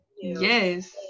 yes